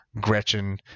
Gretchen